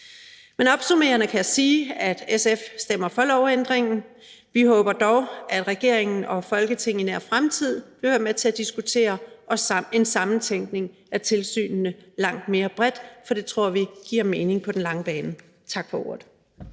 bad. Opsummerende kan jeg sige, at SF stemmer for lovændringen. Vi håber dog, at regeringen og Folketinget i nær fremtid vil være med til at diskutere en sammentænkning af tilsynene langt mere bredt, for det tror vi giver mening på den lange bane. Tak for ordet.